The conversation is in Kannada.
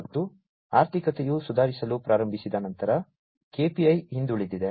ಮತ್ತು ಆರ್ಥಿಕತೆಯು ಸುಧಾರಿಸಲು ಪ್ರಾರಂಭಿಸಿದ ನಂತರ KPI ಹಿಂದುಳಿದಿದೆ